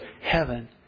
heaven